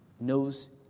knows